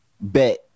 bet